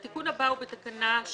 התיקון הבא הוא בתקנה 7(ד):